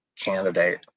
candidate